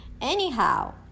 Anyhow